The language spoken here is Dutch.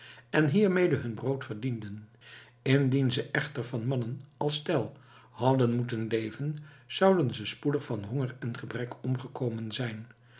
en hiermede hun brood verdienden indien ze echter van mannen als tell hadden moeten leven zouden ze spoedig van honger en gebrek omgekomen zijn